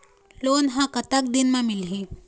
Loan ह कतक दिन मा मिलही?